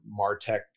MarTech